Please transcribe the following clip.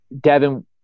Devin